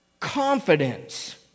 Confidence